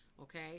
Okay